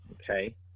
okay